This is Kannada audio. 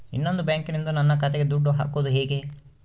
ಇನ್ನೊಂದು ಬ್ಯಾಂಕಿನಿಂದ ನನ್ನ ಖಾತೆಗೆ ದುಡ್ಡು ಹಾಕೋದು ಹೇಗೆ?